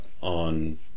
on